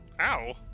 Ow